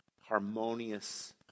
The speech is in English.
harmonious